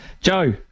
Joe